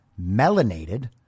melanated